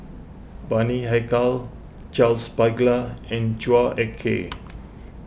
Bani Haykal Charles Paglar and Chua Ek Kay